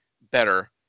better